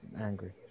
angry